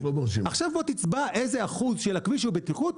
עכשיו בוא תצבע איזה אחוז של הכביש הוא בטיחות,